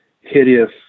hideous